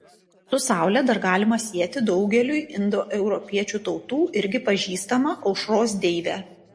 su saule dar galima sieti daugeliui indoeuropiečių tautų irgi pažįstamą aušros deivę